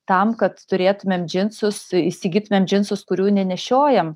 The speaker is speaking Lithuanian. tam kad turėtumėm džinsus įsigytumėm džinsus kurių nenešiojam